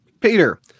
Peter